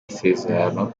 isezerano